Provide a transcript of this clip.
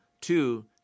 two